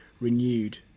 renewed